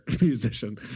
musician